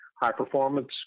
high-performance